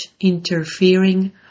interfering